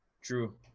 True